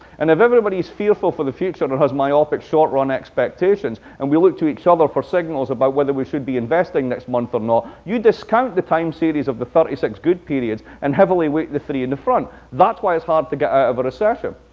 and if everybody's fearful for the future and has myopic, short run expectations, and we look to each other for signals about whether we should be investing next month or not, you discount the time series of the thirty six good periods and heavily weight the three in the front. that's why it's hard to get out of a recession.